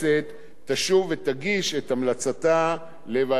תשוב ותגיש את המלצתה לוועדת השרים